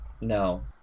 no